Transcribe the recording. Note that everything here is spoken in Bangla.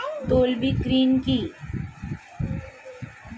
তলবি ঋন কি?